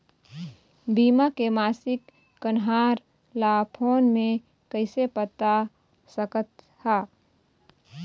बीमा के मासिक कन्हार ला फ़ोन मे कइसे पता सकत ह?